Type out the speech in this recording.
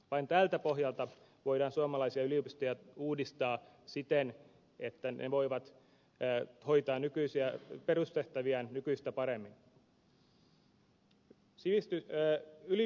vain tältä pohjalta voidaan suomalaisia yliopistoja uudistaa siten että ne voivat hoitaa nykyisiä perustehtäviään nykyistä paremmin